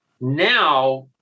Now